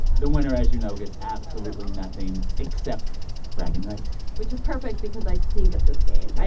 the winner, as you know, gets absolutely nothing, except bragging rights which is perfect because i stink at this game. i